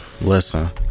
listen